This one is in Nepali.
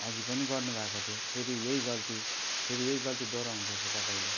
अघि पनि गर्नुभएको थियो फेरि यही गल्ती फेरि यही गल्ती दोहोऱ्याउनुहुँदैछ तपाईँले